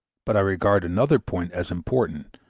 but i regard another point as important,